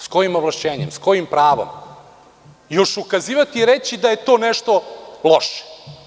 S kojim ovlašćenjem, s kojim pravom i još ukazivati i reći da je to nešto loše?